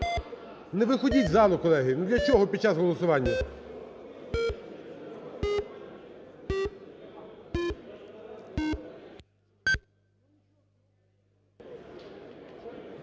Не виходіть з залу, колеги. Для чого під час голосування?